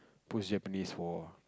post Japanese war